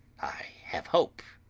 have hope.